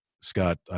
scott